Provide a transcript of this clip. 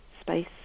space